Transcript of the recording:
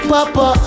Papa